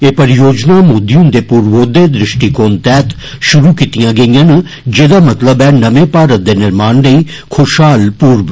ए परियोजना मोदी हुन्दे पूर्बोदया दृश्टिकोण तैहत षुरु कीतियां गेइयां न जेदा मतलब ऐ नमें भारत दे निर्माण लेई खुषहाल पूर्व